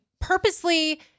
purposely